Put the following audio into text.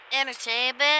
Entertainment